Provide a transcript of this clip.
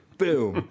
boom